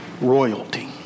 royalty